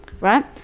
right